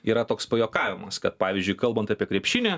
yra toks pajuokavimas kad pavyzdžiui kalbant apie krepšinį